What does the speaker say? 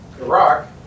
Iraq